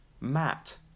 Matt